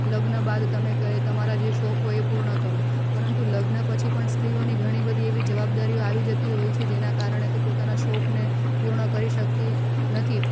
લગ્ન બાદ તમે તમારા જે શોખ હોય એ પૂર્ણ કરો પરંતુ લગ્ન પછી પણ સ્ત્રીઓની ઘણી બધી એવી જવાબદારીઓ આવી જતી હોય છે જેના કારણે તે પોતાના શોખને પૂર્ણ કરી શકતી નથી